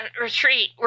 retreat